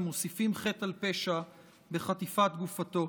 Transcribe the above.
המוסיפים חטא על פשע בחטיפת גופתו.